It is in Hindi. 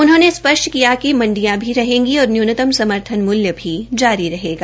उन्होंने स्पष्ट किया मंडियो भी रहेगी और न्यूनतम समर्थन मूल्रू भी थारी रहेगा